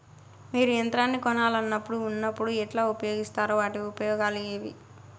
మీరు యంత్రాన్ని కొనాలన్నప్పుడు ఉన్నప్పుడు ఎట్లా ఉపయోగిస్తారు వాటి ఉపయోగాలు ఏవి?